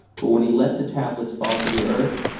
but when he let the tablets fall to the earth,